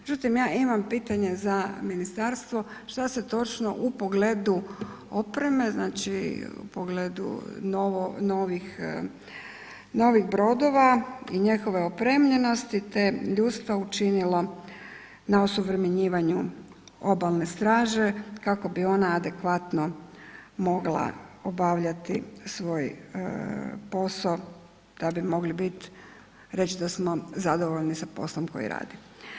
Međutim, ja imam pitanje za ministarstvo, šta se točno u pogledu opreme, znači u pogledu novih, novih brodova i njegove opremljenosti, te ljudstva učinilo na osuvremenjivanju obalne straže kako bi ona adekvatno mogla obavljati svoj posao da bi mogli bit, reć da smo zadovoljni sa poslom koji radimo.